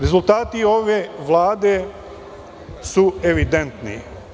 Rezultati ove Vlade su evidentni.